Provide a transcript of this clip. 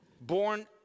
born